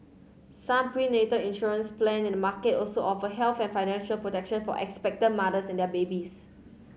some prenatal insurance plan in the market also offer health and financial protection for expectant mothers and their babies